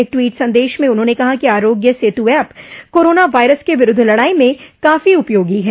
एक ट्वीट संदेश में उन्होंने कहा कि Aarogya Setu app corona virus के विरूद्ध लड़ाई में काफी उपयोगी है